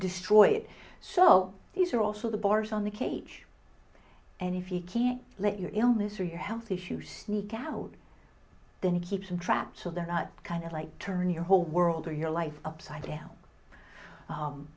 destroy it so these are also the bars on the cage and if you can't let your illness or your health issue sneak out then you keep some traps so they're not kind of like turn your whole world or your life upside down